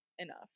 Enough